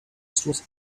forest